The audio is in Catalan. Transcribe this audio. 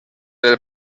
del